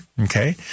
Okay